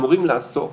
שאמורים לעסוק